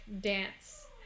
dance